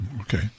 Okay